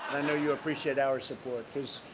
i know you appreciate our support. because